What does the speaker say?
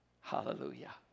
Hallelujah